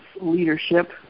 leadership